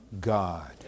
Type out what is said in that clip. God